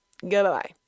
goodbye